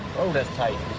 oh, that's tight.